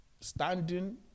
standing